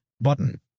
Button